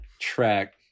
track